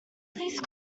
please